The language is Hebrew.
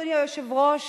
אדוני היושב-ראש,